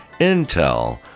Intel